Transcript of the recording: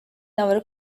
our